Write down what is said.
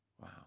Wow